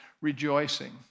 rejoicing